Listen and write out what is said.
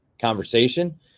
conversation